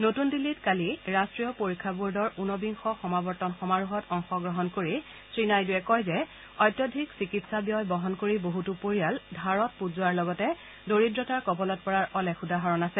নতুন দিল্লীত কালি ৰাট্টীয় পৰীক্ষা বৰ্ডৰ ঊনবিংশ সমাৱৰ্তন সমাৰোহত অংশগ্ৰহণ কৰি শ্ৰীনাইডুৱে কয় যে অত্যাধিক চিকিৎসা ব্যয় বহন কৰি বহুতো পৰিয়াল ধাৰত পোত যোৱাৰ লগতে দৰিদ্ৰতাৰ কবলত পৰাৰ অলেখ উদাহৰণ আছে